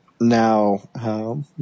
now